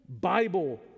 Bible